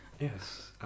Yes